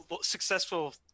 successful